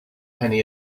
penny